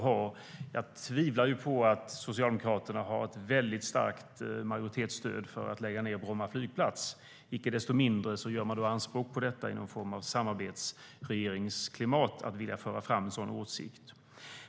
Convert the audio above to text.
Men jag tvivlar på att Socialdemokraterna har ett väldigt starkt majoritetsstöd för att lägga ned Bromma flygplats. Icke desto mindre gör man anspråk på detta i någon form av samarbetsregeringsklimat, att vilja föra fram en sådan åsikt.